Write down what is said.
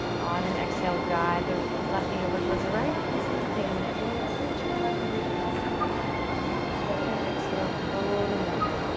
on an exhale, guide the left knee over towards the right, and the same thing, i'm going to inhale, reach my left fingertips up and overhead and exhale. flow them down.